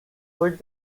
could